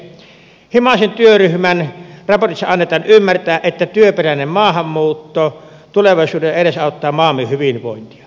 himasen työryhmän raportissa annetaan ymmärtää että työperäinen maahanmuutto tulevaisuudessa edesauttaa maamme hyvinvointia